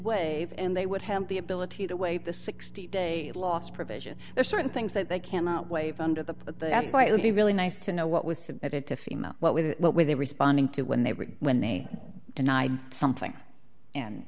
in they would have the ability to waive the sixty day loss provision there are certain things that they cannot wave under the but that's why it would be really nice to know what was submitted to fema what with what were they responding to when they were when they denied something and